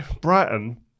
Brighton